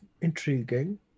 intriguing